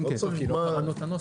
אפילו יותר טוב.